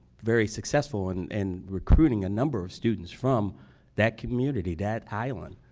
very successful and in recruiting a number of students from that community, that island.